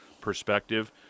perspective